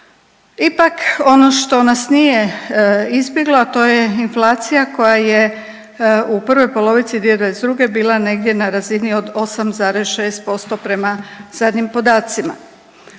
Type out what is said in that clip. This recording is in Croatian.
Ipak ono što nas nije izbjeglo, a to je inflacija koja je u prvoj polovici 2022. bila negdje na razini od 8,6% prema zadnjim podacima.